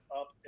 up